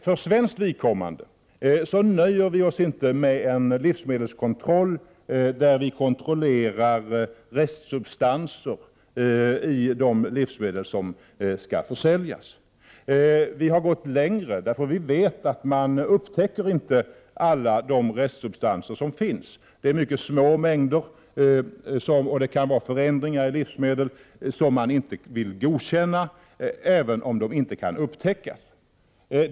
För svenskt vidkommande nöjer vi oss inte med en livsmedelskontroll där man kontrollerar restsubstanser i de livsmedel som skall försäljas. Vi har gått längre, eftersom vi vet att man inte upptäcker alla de restsubstanser som finns. Det är fråga om mycket små mängder, och det kan vara förändringar i livsmedel som man inte vill godkänna, även om dessa förändringar inte kan upptäckas.